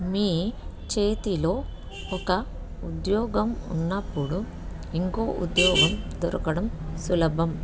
మీ చేతిలో ఒక ఉద్యోగం ఉన్నప్పుడు ఇంకో ఉద్యోగం దొరకడం సులభం